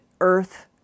Earth